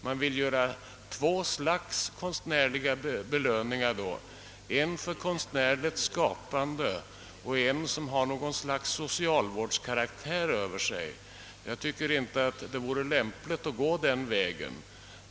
Man vill ha två slags konstnärsbelöningar, en för konstnärligt skapande och en som har något slags socialvårdskaraktär över sig. Jag tycker inte att det vore lämpligt att gå denna väg.